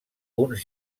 uns